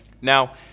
Now